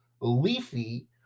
Leafy